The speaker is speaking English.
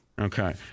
Okay